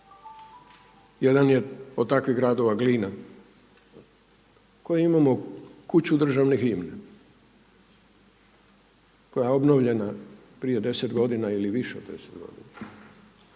Jedan je od takvih gradova Glina koju imamo kuću državne himne, koja je obnovljena prije 10 godina ili više od 10 godina